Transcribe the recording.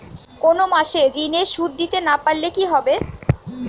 কোন মাস এ ঋণের সুধ দিতে না পারলে কি হবে?